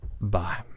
bye